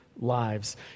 lives